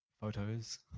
photos